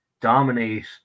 dominate